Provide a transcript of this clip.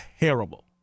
terrible